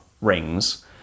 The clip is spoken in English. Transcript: rings